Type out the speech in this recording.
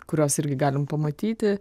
kurios irgi galim pamatyti